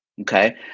okay